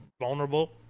vulnerable